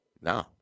no